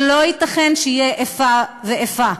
לא ייתכן שתהיה איפה ואיפה.